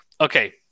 okay